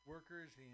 Workers